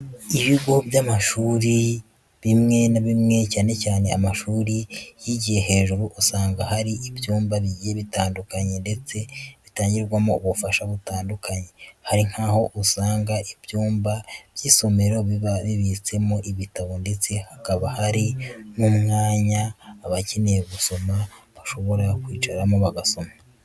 Ibigo by'amashuri bimwe na bimwe cyane cyane amashuri yigiye hejuru usanga hari ibyumba bigiye bitandukanye ndetse bitangirwamo ubufasha butandukanye; hari nkaho usanga ibyumba by'isomero biba bibitsemo ibitabo ndetse hakaba hari n'umwanya abakeneye gusoma bashobora kwicaramo bagasoma.